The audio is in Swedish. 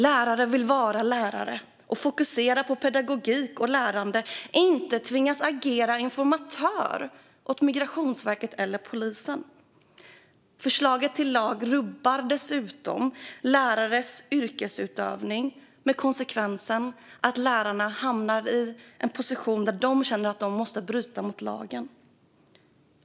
Lärare vill vara lärare och fokusera på pedagogik och lärande, inte tvingas agera informatör åt Migrationsverket eller polisen. Förslaget till lag rubbar dessutom lärares yrkesutövning med konsekvensen att lärarna hamnar i en position där de känner att de måste bryta mot lagen.